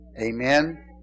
Amen